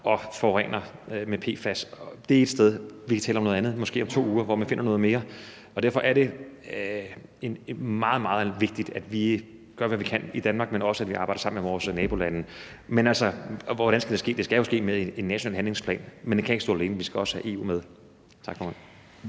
det forurener med PFAS. Det er ét sted, og vi kan tale om noget andet, hvor man måske om 2 uger finder noget mere, og derfor er det meget, meget vigtigt, at vi gør, hvad vi kan, i Danmark, men at vi også arbejder sammen med vores nabolande. Hvordan skal det ske? Det skal ske med en national handlingsplan, men den kan ikke stå alene. Vi skal også have EU med. Tak.